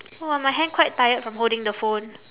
!wah! my hand quite tired from holding the phone